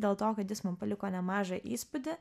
dėl to kad jis man paliko nemažą įspūdį